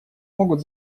могут